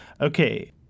Okay